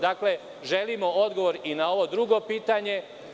Dakle, želimo odgovor i na ovo drugo pitanje.